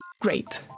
Great